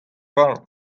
fall